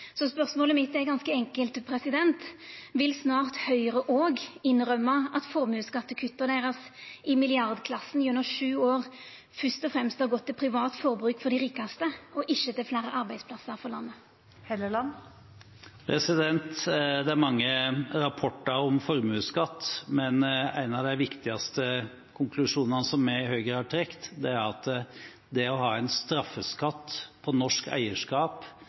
Så spørsmålet mitt er ganske enkelt: Vil snart Høgre òg innrømma at formuesskattekutta deira i milliardklassen gjennom sju år fyrst og fremst har gått til privat forbruk for dei rikaste og ikkje til fleire arbeidsplassar for landet? Det er mange rapporter om formuesskatt, men en av de viktigste konklusjonene som vi i Høyre har trukket, er at det å ha en straffeskatt på norsk eierskap